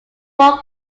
group